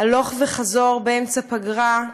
הלוך וחזור, באמצע פגרה: